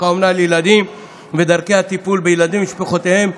האומנה לילדים ודרכי הטיפול בילדים ובמשפחותיהם,